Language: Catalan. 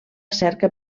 cerca